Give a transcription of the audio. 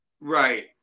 Right